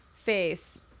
face